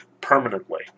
permanently